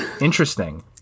Interesting